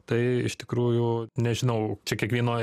tai iš tikrųjų nežinau čia kiekvieno